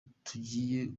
tugiye